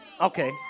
Okay